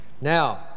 Now